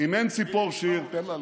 אם אין ציפור שיר, תן לה.